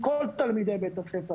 כל תלמידי בית הספר